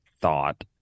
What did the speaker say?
thought